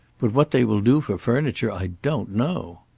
but what they will do for furniture i don't know.